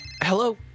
Hello